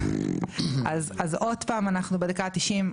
אז עוד פעם אנחנו בדקה ה-90,